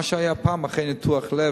מה שהיה פעם, אחרי ניתוח לב,